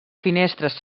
finestres